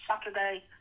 Saturday